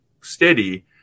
steady